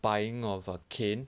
buying of a cane